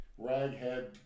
raghead